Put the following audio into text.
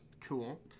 cool